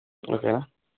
okay